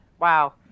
Wow